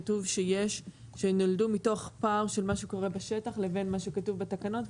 כתוב שנולדו מתוך פער של מה שקורה בשטח לבין מה שכתוב בתקנות,